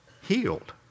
healed